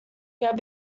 had